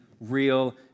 real